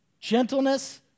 gentleness